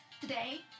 Today